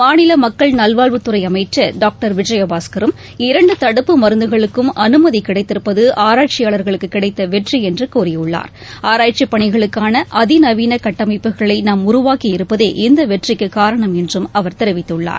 மாநில மக்கள் நல்வாழ்வுத் துறை அமைச்சர் டாக்டர் விஜயபாஸ்கரும் இரண்டு தடுப்பு மருந்துகளுக்கும் அனுமதி கிடைத்திருப்பது ஆராய்ச்சியாளர்களுக்கு கிடைத்த வெற்றி என்று கூறியுள்ளார் ஆராய்ச்சிப் பணிகளுக்கான அதிநவீன கட்டமைப்புகளை நாம் உருவாக்கி இருப்பதே இந்த வெற்றிக்கு காரணம் என்றும் அவர் தெரிவித்துள்ளார்